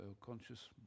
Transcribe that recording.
conscious